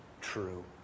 true